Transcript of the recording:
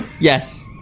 Yes